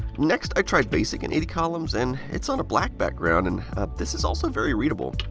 next i tried basic in eighty columns and it's on a black background. and this is also very readable.